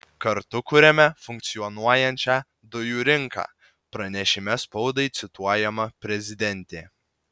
kartu kuriame funkcionuojančią dujų rinką pranešime spaudai cituojama prezidentė